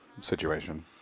situation